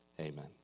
amen